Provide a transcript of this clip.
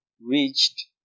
reached